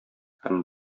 һәм